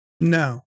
No